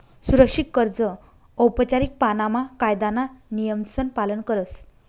सुरक्षित कर्ज औपचारीक पाणामा कायदाना नियमसन पालन करस